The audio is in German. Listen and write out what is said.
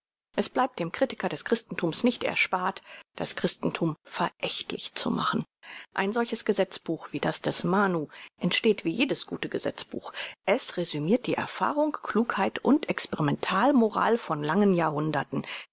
es bleibt dem kritiker des christenthums nicht erspart das christenthum verächtlich zu machen ein solches gesetzbuch wie das des manu entsteht wie jedes gute gesetzbuch es resümirt die erfahrung klugheit und experimentalmoral von langen jahrhunderten